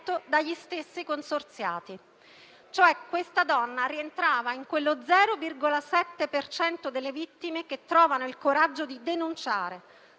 dagli stessi consorziati. Quella donna rientrava in quello 0,7 per cento delle vittime che trovano il coraggio di denunciare,